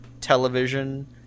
television